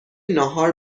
ناهار